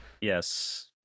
yes